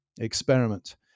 experiment